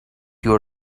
your